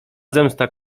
zemsta